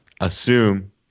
assume